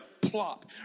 plop